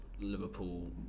Liverpool